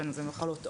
בין אם זה מחלות עור,